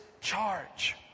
charge